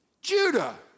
Judah